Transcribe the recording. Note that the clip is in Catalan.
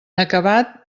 acabat